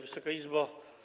Wysoka Izbo!